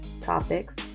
topics